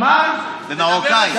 במרוקאית.